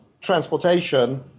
transportation